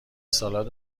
سالاد